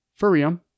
Furium